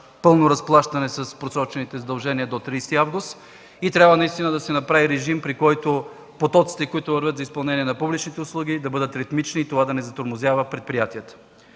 пълно разплащане с просрочените задължения до 30 август. Трябва наистина да се направи режим, при който потоците, които вървят за изпълнение на публичните услуги, да бъдат ритмични и това да не затормозява предприятията.